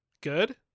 Good